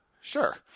Sure